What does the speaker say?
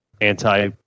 anti